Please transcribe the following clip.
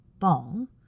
ball